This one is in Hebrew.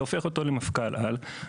זה הופך אותו למפכ"ל על.